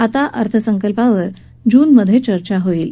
आता अर्थसंकल्पावर जूनमध्ये चर्चा होईल